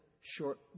short